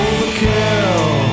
Overkill